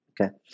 Okay